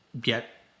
get